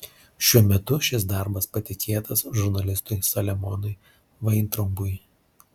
šiuo metu šis darbas patikėtas žurnalistui saliamonui vaintraubui